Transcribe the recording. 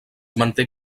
manté